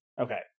Okay